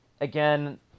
again